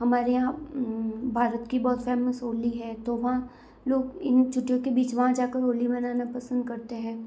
हमारे यहाँ भारत की बहुत फेमस होली है तो वहाँ लोग इन छुट्टियों के बीच वहाँ जाके होली मनाना पसंद करते हैं